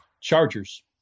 chargers